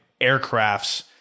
aircrafts